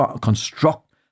construct